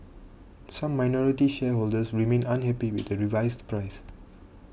some minority shareholders remain unhappy with the revised price